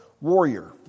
warrior